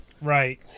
right